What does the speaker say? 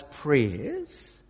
prayers